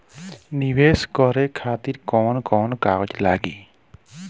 नीवेश करे खातिर कवन कवन कागज लागि?